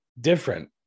Different